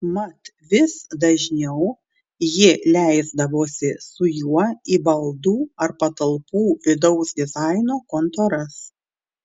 mat vis dažniau ji leisdavosi su juo į baldų ar patalpų vidaus dizaino kontoras